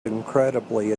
incredibly